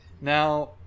Now